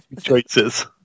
choices